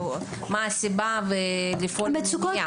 מה הסיבה ולפעול למניעה.